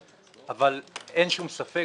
אבל אין שום ספק